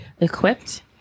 equipped